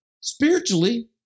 spiritually